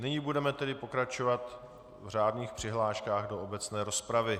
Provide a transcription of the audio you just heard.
Nyní budeme tedy pokračovat v řádných přihláškách do obecné rozpravy.